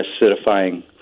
acidifying